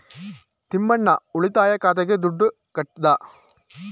ತಿಮ್ಮಣ್ಣ ಉಳಿತಾಯ ಖಾತೆಗೆ ದುಡ್ಡು ಕಟ್ಟದ